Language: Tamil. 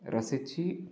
ரசித்து